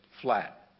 flat